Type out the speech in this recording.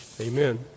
Amen